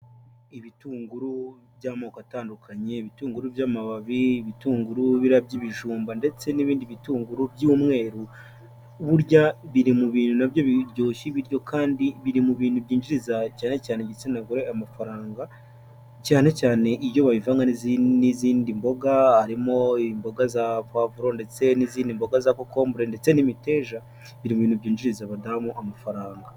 Ibitunguru by'amoko atandukanye; ibitunguru by'amababi, ibitunguru biriya by'ibijumba ndetse n'ibindi bitunguru by'umweru, burya biri mu bintu na byo biryoshya ibiryo, kandi biri mu bintu byinjiriza cyane cyane igitsina gore amafaranga, cyane cyane iyo babivanga n'izindi mboga, harimo imboga za puwavuro ndetse n'izindi mboga za kokombure ndetse n'imiteja, biri mu bintu byinjiriza aba damu amafaranga.